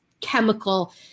chemical